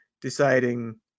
deciding